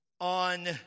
on